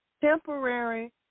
temporary